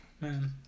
Man